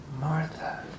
Martha